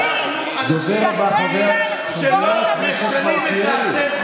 אנחנו אנשים שלא משנים את דעתנו.